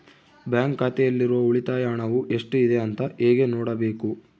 Bank ಖಾತೆಯಲ್ಲಿರುವ ಉಳಿತಾಯ ಹಣವು ಎಷ್ಟುಇದೆ ಅಂತ ಹೇಗೆ ನೋಡಬೇಕು?